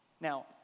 Now